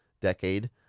decade